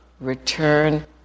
return